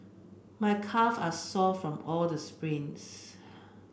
my calve are sore from all the sprints